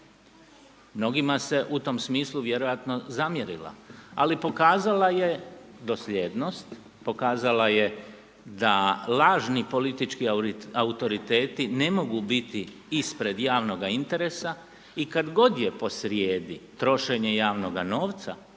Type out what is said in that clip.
Mnogima se u tom smislu vjerojatno zamjerila ali pokazala je dosljednost, pokazala je da lažni politički autoriteti ne mogu biti ispred javnog interesa. I kad god je posrijedi trošenje javnoga novca